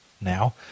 now